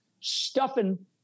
stuffing